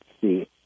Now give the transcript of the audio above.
see